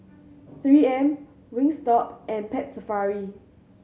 Three M Wingstop and Pet Safari